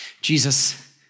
Jesus